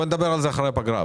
בוא נדבר על זה אחרי הפגרה,